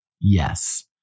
Yes